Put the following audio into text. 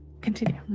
continue